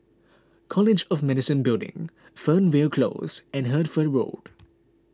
College of Medicine Building Fernvale Close and Hertford Road